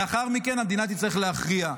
לאחר מכן המדינה תצטרך להכריע.